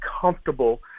comfortable